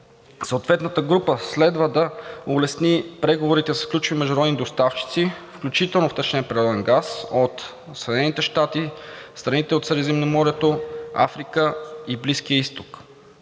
Съответната група следва да улесни преговорите с ключови международни доставчици, включително втечнен природен газ от Съединените щати, страните от Средиземноморието, Африка и Близкия изток.